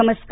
नमस्कार